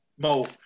Mo